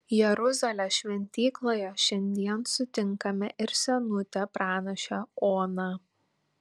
jeruzalės šventykloje šiandien sutinkame ir senutę pranašę oną